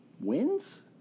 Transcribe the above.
Wins